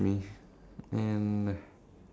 they will run away from me